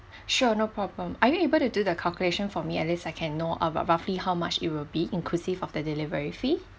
sure no problem are you able to do the calculation for me at least I can know about roughly how much it will be inclusive of the delivery fee